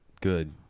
good